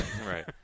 Right